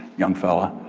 young fella.